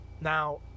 Now